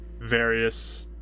various